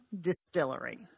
distillery